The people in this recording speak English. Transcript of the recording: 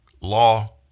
law